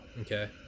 Okay